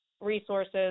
resources